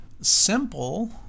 Simple